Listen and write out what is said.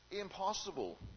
impossible